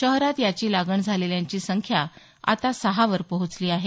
शहरात याची लागण झालेल्यांची संख्या आता सहावर पोहोचली आहे